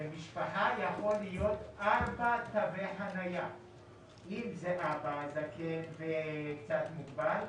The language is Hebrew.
במשפחה יכול להיות ארבעה תגי חנייה - אם זה אבא זקן וקצת מוגבל,